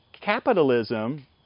capitalism